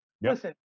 listen